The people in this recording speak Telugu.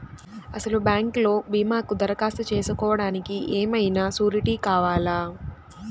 అసలు బ్యాంక్లో భీమాకు దరఖాస్తు చేసుకోవడానికి ఏమయినా సూరీటీ కావాలా?